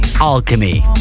Alchemy